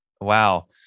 Wow